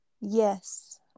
Yes